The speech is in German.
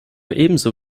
ebenso